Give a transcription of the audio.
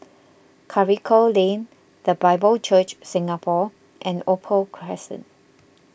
Karikal Lane the Bible Church Singapore and Opal Crescent